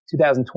2020